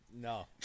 No